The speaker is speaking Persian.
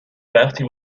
وقتی